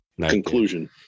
Conclusion